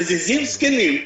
מזיזים זקנים,